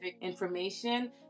information